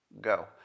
Go